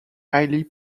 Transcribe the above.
highly